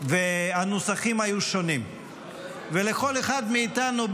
והנוסחים היו שונים ולכל אחד מאיתנו,